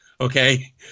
okay